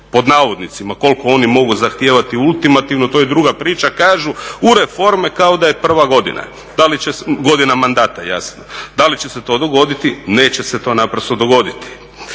pod navodnicima koliko oni mogu zahtijevati ultimativno to je druga priča kažu u reforme kao da je prva godina mandata jasno. Da li će se to dogoditi, neće se to naprosto dogoditi.